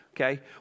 Okay